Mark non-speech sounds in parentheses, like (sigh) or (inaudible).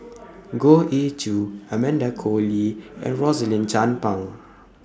(noise) Goh Ee Choo Amanda Koe Lee and Rosaline Chan Pang